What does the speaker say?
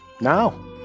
Now